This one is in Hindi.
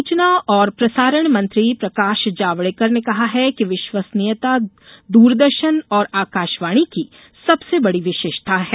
जावडेकर सूचना और प्रसारण मंत्री प्रकाश जावड़ेकर ने कहा है कि विश्वसनीयता दूरदर्शन और आकाशवाणी की सबसे बड़ी विशेषता है